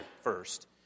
first